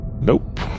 Nope